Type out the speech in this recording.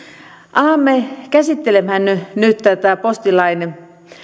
alamme käsittelemään nyt tätä postilain